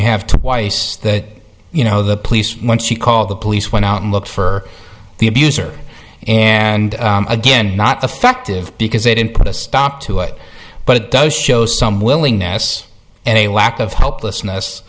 you have twice that you know the police when she called the police went out and looked for the abuser and again not effective because they didn't put a stop to it but it does show some willingness and a lack of helplessness